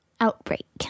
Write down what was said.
Outbreak